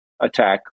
attack